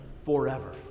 forever